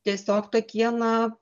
tiesiog tokie na